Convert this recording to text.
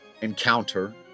encounter